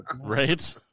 Right